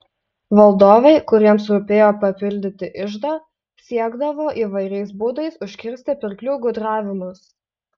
valdovai kuriems rūpėjo papildyti iždą siekdavo įvairiais būdais užkirsti pirklių gudravimus